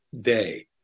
day